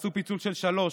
תעשו פיצול של שלושה,